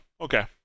okay